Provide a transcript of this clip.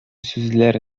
сүзләр